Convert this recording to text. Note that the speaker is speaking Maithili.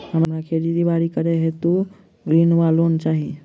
हमरा खेती बाड़ी करै हेतु ऋण वा लोन चाहि?